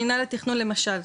מינהל התכנון למשל,